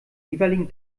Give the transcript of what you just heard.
jeweiligen